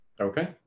Okay